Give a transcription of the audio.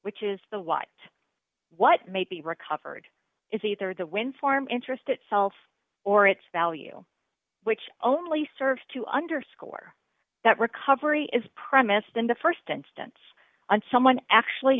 which is the what what may be recovered is either the wind farm interest itself or its value which only serves to underscore that recovery is premised in the st instance on someone actually